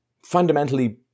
fundamentally